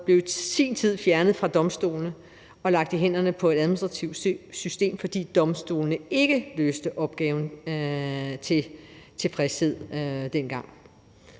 blev i sin tid fjernet fra domstolene og lagt i hænderne på et administrativt system, fordi domstolene ikke løste opgaven tilfredsstillende dengang.